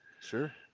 sure